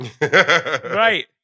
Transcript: Right